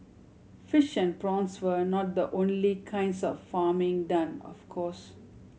fish and prawns were not the only kinds of farming done of course